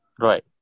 right